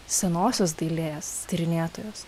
senosios dailės tyrinėtojos